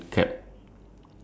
um